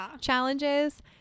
challenges